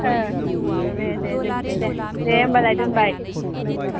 अ दे दे जोबहैगोन दे दे होनबालाय दोनबाय